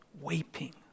weeping